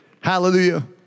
Hallelujah